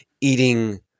eating